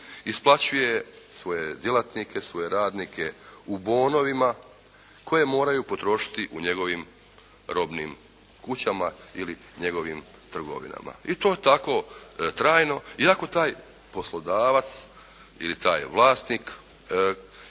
isplaćuje svoje djelatnike, svoje radnike u bonovima koje moraju potrošiti u njegovim robnim kućama ili njegovim trgovinama. I to je tako trajno iako taj poslodavac ili taj vlasnik,